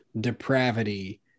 depravity